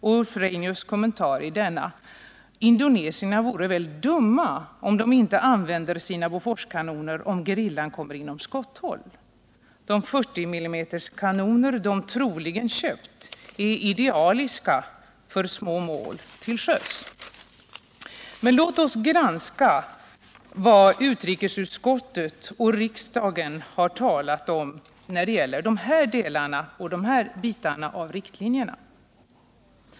Ulf Reinius kommentar är denna: ”Indonesierna vore väl dumma om de inte använde sina Boforskanoner om gerillan kommer inom skotthåll ———. Den 40 mm:s kanon de troligen köpt är idealisk för små mål till sjöss.” Men låt oss granska vad utrikesutskottet och riksdagen har uttalat när det gäller de här delarna av riktlinjerna.